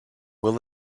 will